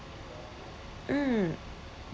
mm